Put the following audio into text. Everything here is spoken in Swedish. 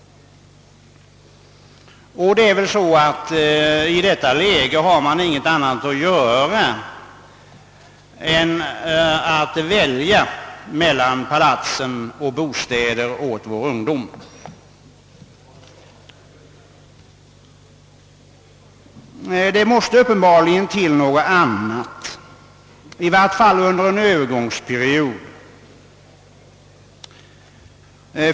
I detta läge har man ingenting annat att göra än att välja mellan palatsen och bostäder åt vår ungdom. Det måste uppenbarligen komma till något annat, i varje fall under en övergångsperiod.